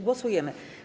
Głosujemy.